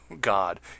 god